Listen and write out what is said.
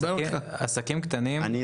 עסקים קטנים זה